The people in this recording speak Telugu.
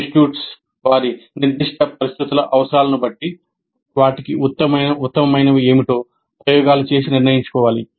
ఇన్స్టిట్యూట్స్ వారి నిర్దిష్ట పరిస్థితుల అవసరాలను బట్టి వాటికి ఉత్తమమైనవి ఏమిటో ప్రయోగాలు చేసి నిర్ణయించుకోవాలి